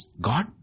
God